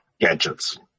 gadgets